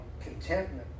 contentment